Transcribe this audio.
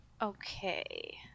Okay